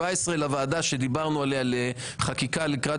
17 לוועדה שדיברנו עליה לחקיקה לקראת